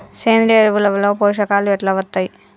సేంద్రీయ ఎరువుల లో పోషకాలు ఎట్లా వత్తయ్?